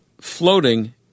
floating